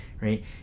right